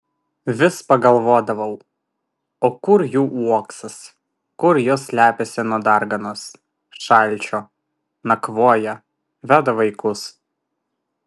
vis pagalvodavau o kur jų uoksas kur jos slepiasi nuo darganos šalčio nakvoja veda vaikus